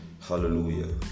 Hallelujah